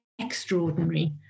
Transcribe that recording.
extraordinary